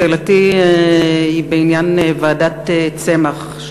שאלתי היא בעניין ועדת צמח,